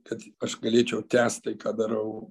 kad aš galėčiau tęst tai ką darau